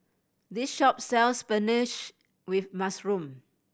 this shop sells spinach with mushroom